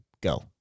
Go